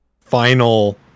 final